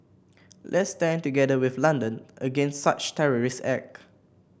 let's stand together with London against such terrorist